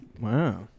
Wow